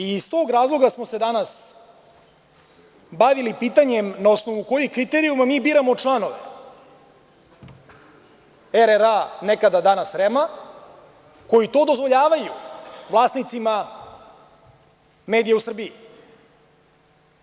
Iz tog razloga smo se danas bavili pitanjem, na osnovu kojih kriterijuma mi biramo članove RRA nekada, danas REM-a koji to dozvoljavaju vlasnicima medija u Srbiji.